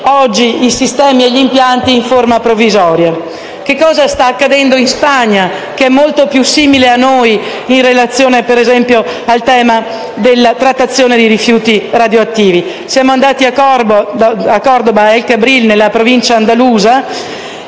i sistemi e gli impianti in forma provvisoria. Cosa sta accadendo in Spagna, molto più simile a noi in relazione al tema della trattazione dei rifiuti radioattivi? Siamo andati a Cordoba, ad El Cabril, nella provincia andalusa,